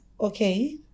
Okay